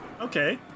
Okay